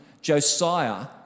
Josiah